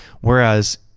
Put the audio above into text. whereas